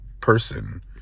person